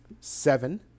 seven